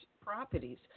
properties